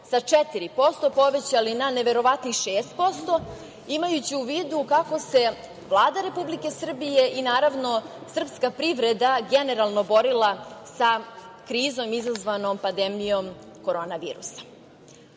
sa 4% povećali na neverovatnih 6%, imajući u vidu kako se Vlada Republike Srbije i, naravno, srpska privreda generalno borila sa krizom izazvanom pandemijom korona